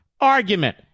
argument